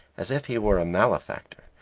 as if he were a malefactor,